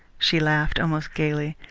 she laughed almost gaily.